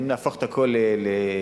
אם נהפוך את הכול ללגלי,